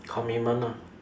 commitment lor